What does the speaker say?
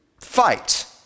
fight